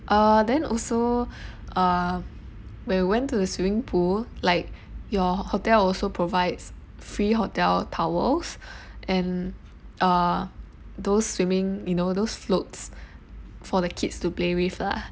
uh then also uh when we went to the swimming pool like your hotel also provides free hotel towels and uh those swimming you know those floats for the kids to play with lah